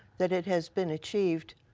that it has been achieved